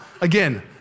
Again